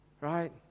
right